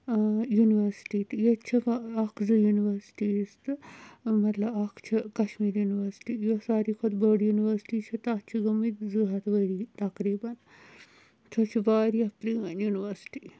university تہٕ ییٚتہِ چھِ اَکھ زٕ یونیوَرسِٹیٖز تہٕ مَطلَب اَکھ چھُ کَشمیٖر یونیوَرسِٹی یۅس سارِوٕے کھۄتہٕ بٔڈ یونیوَرسِٹی چھِ تَتھ چھِ گٲمٕتۍ زٕ ہَتھ ؤرِی تَقریبَن سۅ چھِ وارِیاہ پرٛٲنۍ یونیوَرسِٹی